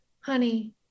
honey